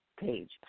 page